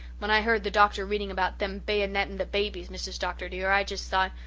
when i heard the doctor reading about them bayonetting the babies, mrs. dr. dear, i just thought,